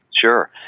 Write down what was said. Sure